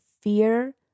fear